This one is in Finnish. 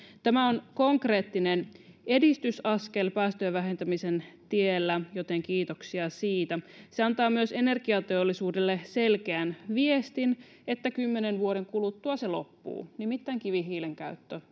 tämä on konkreettinen edistysaskel päästöjen vähentämisen tiellä joten kiitoksia siitä se antaa myös energiateollisuudelle selkeän viestin että kymmenen vuoden kuluttua se loppuu nimittäin kivihiilen käyttö